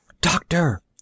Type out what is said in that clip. Doctor